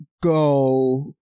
go